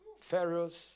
Pharaoh's